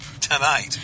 Tonight